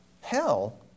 hell